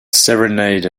serenade